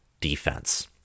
defense